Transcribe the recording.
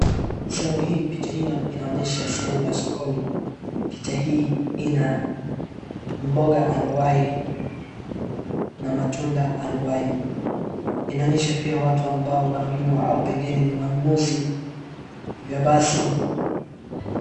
Sehemu hii, picha hii inaonyesha sehemu ya sokoni. Picha hii ina mboga anuwai na matunda anuwai. Inaonyesha pia watu ambao wananunua au pengine ni wanunuzi, hivyo basi...